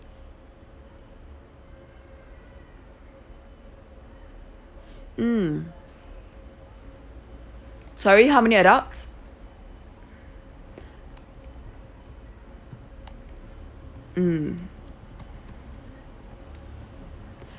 mm sorry how many adults mm